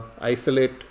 isolate